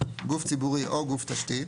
- גוף ציבורי או גוף תשתית,